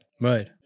right